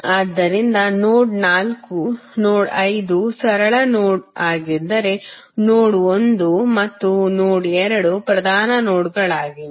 ಆದ್ದರಿಂದ ನೋಡ್ ನಾಲ್ಕು ನೋಡ್ ಐದು ಸರಳ ನೋಡ್ ಆಗಿದ್ದರೆ ನೋಡ್ ಒಂದು ಮತ್ತು ನೋಡ್ ಎರಡು ಪ್ರಧಾನ ನೋಡ್ಗಳಾಗಿವೆ